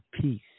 peace